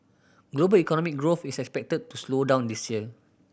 global economic growth is expected to slow down this year